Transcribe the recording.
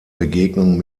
begegnung